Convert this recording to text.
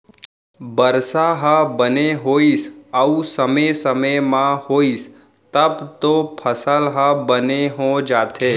बरसा ह बने होइस अउ समे समे म होइस तब तो फसल ह बने हो जाथे